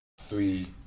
Three